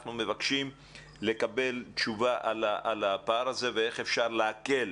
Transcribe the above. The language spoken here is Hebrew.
אנחנו מבקשים לקבל תשובה על הפער הזה ואיך אפשר להקל,